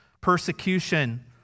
persecution